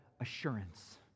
assurance